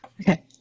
okay